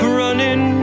running